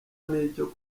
n’icyo